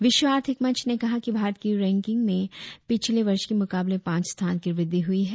विश्व आर्थिक मंच ने कहा कि भारत की रैंकिंग में पिछले वर्ष के मुकाबले पांच स्थान की वृद्धि हई है